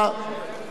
בעד או נגד?